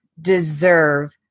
deserve